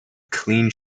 clean